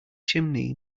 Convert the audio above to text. chimney